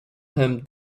him